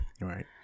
Right